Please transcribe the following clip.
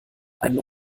einen